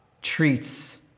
treats